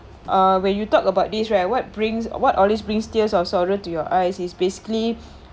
uh when you talk about this right what brings what always brings tears or sorrow to your eyes is basically